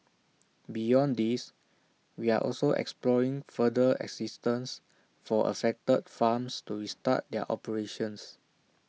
beyond these we are also exploring further assistance for affected farms to restart their operations